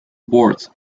board